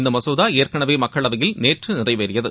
இந்த மசோதா ஏற்கனவே மக்களவையில் நேற்று நிறைவேறியது